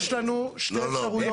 יש לנו שתי אפשרויות.